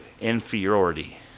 Inferiority